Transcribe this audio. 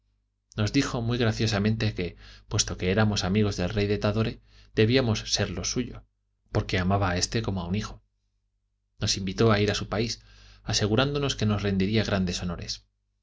nos dijo muy graciosamente que puesto que éramos amigos del rey de tadore debíamos serlo suyos porque amaba a éste como a un hijo nos invitó a ir a su país asegurándonos que nos rendiría grandes honores